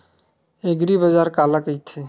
एग्रीबाजार काला कइथे?